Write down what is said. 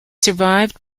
survived